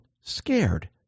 scared